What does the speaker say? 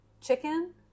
chicken